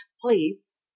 Please